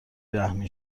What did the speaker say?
رحمین